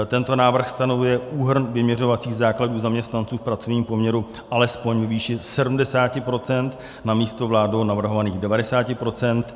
Tento návrh stanovuje úhrn vyměřovacích základů zaměstnanců v pracovním poměru alespoň ve výši 70 % namísto vládou navrhovaných 90 %.